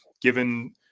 given